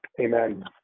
Amen